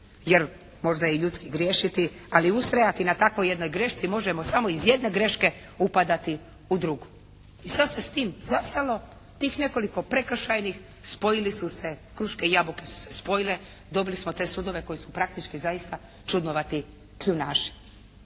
jer možda je i ljudski griješiti, ali ustrajati na tako jednoj grešci možemo samo iz jedne greške upadati u drugu. I sad se s tim zastalo. Tih nekoliko prekršajnih spojili su se kruške i jabuke su se spojile. Dobili smo te sudove koji su praktički zaista čudnovati kljunaši.